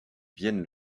viennent